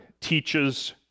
teaches